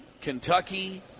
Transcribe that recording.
Kentucky